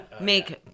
make